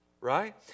right